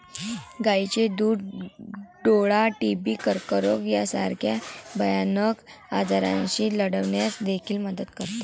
गायीचे दूध डोळा, टीबी, कर्करोग यासारख्या भयानक आजारांशी लढण्यास देखील मदत करते